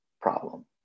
problem